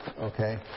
okay